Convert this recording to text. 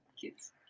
kids